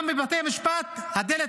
גם בבתי משפט הדלת